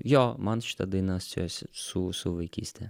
jo man šita daina siejosi su su vaikyste